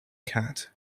cat